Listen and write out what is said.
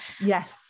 yes